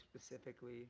specifically